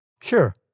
Sure